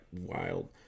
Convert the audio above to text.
wild